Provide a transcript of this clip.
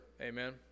amen